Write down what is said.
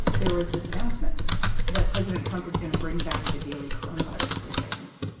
there was this announcement that president trump is going to bring back the daily coronavirus briefings.